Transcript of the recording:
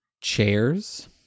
Chairs